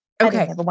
Okay